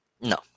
No